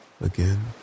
Again